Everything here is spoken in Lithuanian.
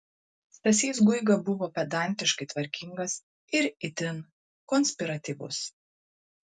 stasys guiga buvo pedantiškai tvarkingas ir itin konspiratyvus